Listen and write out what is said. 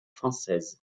française